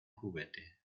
juguete